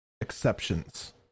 exceptions